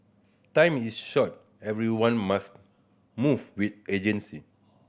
time is short everyone must move with urgency